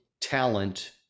talent